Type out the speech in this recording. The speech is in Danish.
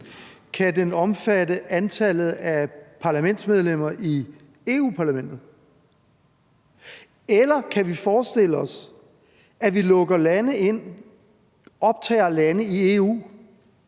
Kan de omfatte antallet af parlamentsmedlemmer i Europa-Parlamentet? Eller kan vi forestille os, at vi lukker lande ind, optager lande i EU,